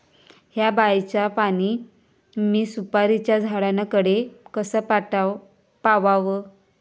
हया बायचा पाणी मी सुपारीच्या झाडान कडे कसा पावाव?